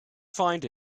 find